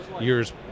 years